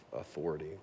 authority